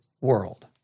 world